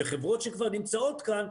וחברות שכבר נמצאות כאן,